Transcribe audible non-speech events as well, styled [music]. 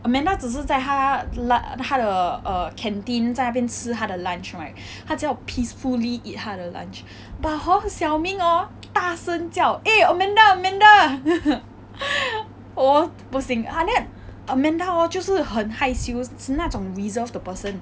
amanda 只是在他 lunch 他的 err canteen 在那边吃他的 lunch right 他在 peacefully eat 他的 lunch but hor xiao ming hor 大声叫 eh amanda amanda [laughs] 我不行啊 then amanda hor 就是很害羞那种 reserved 的 person